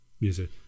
music